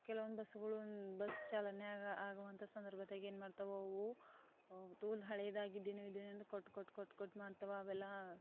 ಕೆಲವೊಂದು ಬಸ್ಗಳು ಬಸ್ ಚಾಲನೆ ಆಗುವಂಥ ಸಂದರ್ಭದಾಗೇನು ಮಾಡ್ತವೆ ಅವು ತೋಲ್ ಹಳೆದಾಗಿದೆ ಕೊಟ್ಟು ಕೊಟ್ಟು ಕೊಟ್ಟು ಕೊಟ್ಟು ಮಾಡ್ತಾವ ಅವೆಲ್ಲ